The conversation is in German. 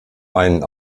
einen